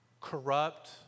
corrupt